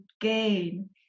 gain